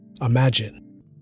Imagine